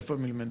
איפה הם ילמדו?